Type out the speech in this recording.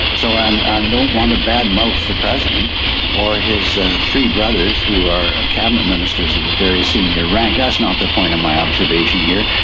so i and um don't want to badmouth the president or his ah three brothers who are cabinet ministers of a very senior rank, that's not the point of my observation here.